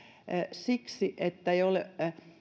siksi että ei ole